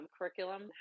curriculum